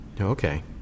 Okay